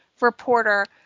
reporter